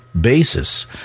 basis